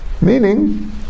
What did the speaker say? meaning